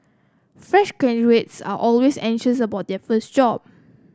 fresh graduates are always anxious about their first job